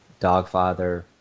Dogfather